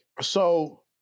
So-